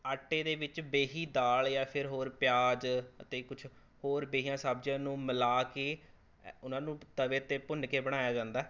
ਆਟੇ ਦੇ ਵਿੱਚ ਬੇਹੀ ਦਾਲ ਜਾਂ ਫਿਰ ਹੋਰ ਪਿਆਜ ਅਤੇ ਕੁਛ ਹੋਰ ਬੇਹੀਆਂ ਸਬਜ਼ੀਆਂ ਨੂੰ ਮਿਲਾ ਕੇ ਉਨ੍ਹਾਂਂ ਨੂੰ ਤਵੇ 'ਤੇ ਭੁੰਨ ਕੇ ਬਣਾਇਆ ਜਾਂਦਾ